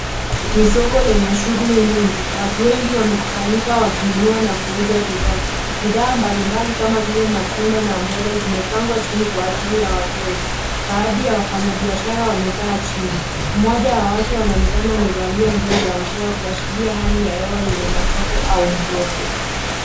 Ni soko lenye shughuli nyingi, watu wengi wamekusanyika wakinunua na kuuza bidhaa. Bidhaa mbalimbali kama vile matunda na mboga zimepangwa chini kwa ajili ya wateja. Baadhi ya wafanyabiashara wamekaa chini. Mmoja wa watu wanaonekana wamevalia nguo za mvua kuashiria hali ya hewa yenye matope au mvua.